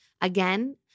again